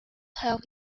help